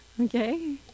Okay